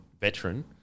veteran